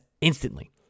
instantly